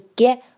get